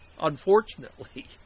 unfortunately